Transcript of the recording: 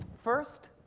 First